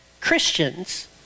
Christians